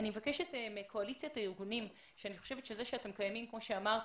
אני מבקשת מקואליציית הארגונים - וכמו שאמרתי,